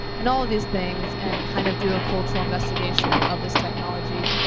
and all of these things and kind of do a cultural investigation of this technology.